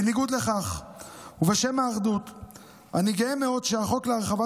בניגוד לכך ובשם האחדות אני גאה מאוד שהחוק להרחבת